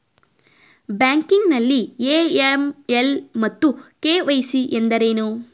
Banking ನಲ್ಲಿ AML ಮತ್ತು KYC ಎಂದರೇನು?